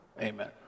amen